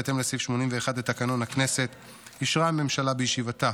בהתאם לסעיף 81 לתקנון הכנסת אישרה הממשלה בישיבתה